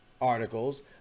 articles